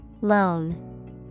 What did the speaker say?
loan